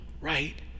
right